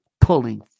pulling